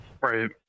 Right